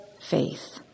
faith